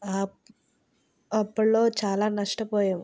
అ అప్పుడ్లో చాలా నష్టపోయాం